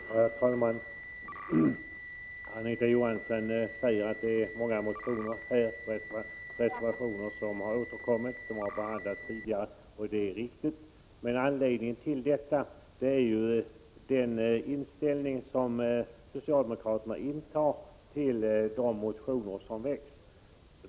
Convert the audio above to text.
Herr talman! Anita Johansson säger att många av reservationerna har återkommit och att de har behandlats tidigare. Det är riktigt. Men anledningen till detta är ju den inställning som socialdemokraterna intar till de motioner som väcks.